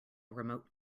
remote